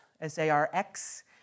S-A-R-X